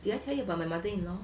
did I tell you about my mother-in-law